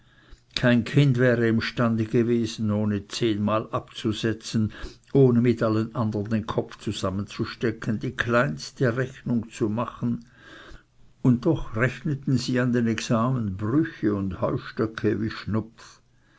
kein kind wäre imstande gewesen ohne zehnmal abzusetzen ohne mit allen andern den kopf zusammen zu stecken die kleinste rechnung zu machen und doch rechneten sie an den examen brüche und heustöcke wie schnupf